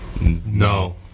No